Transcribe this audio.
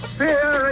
fear